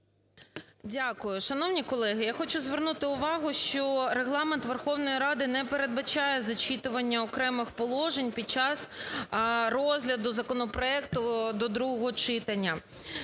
Дякую. Шановні колеги, я хочу звернути увагу, що Регламент Верховної Ради не передбачає зачитування окремих положень під час розгляду законопроекту до другого читання,